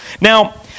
Now